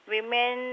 Women